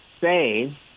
say